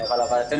להבנתנו,